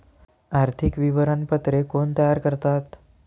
आर्थिक विवरणपत्रे कोण तयार करतात?